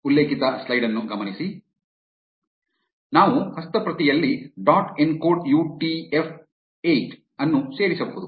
ನಾವು ಹಸ್ತಪ್ರತಿಯಲ್ಲಿ dot encode UTF 8 ಅನ್ನು ಸೇರಿಸಬಹುದು